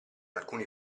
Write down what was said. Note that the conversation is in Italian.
alcuni